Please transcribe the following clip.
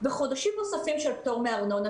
וחודשים נוספים של פטור מארנונה.